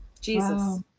Jesus